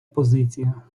позиція